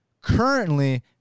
Currently